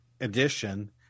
edition